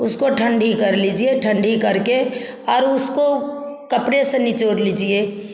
उसको ठंडी कर लीजिए ठंडी करके और उसको कपड़े से निचोड़ लीजिए